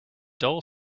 dull